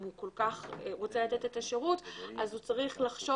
אם הוא כל כך רוצה לתת את השירות אז הוא צריך לחשוב